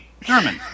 German